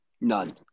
None